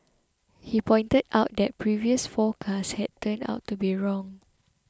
he pointed out that previous forecasts had turned out to be wrong